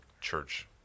church